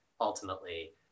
ultimately